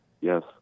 Yes